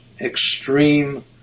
extreme